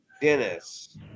Dennis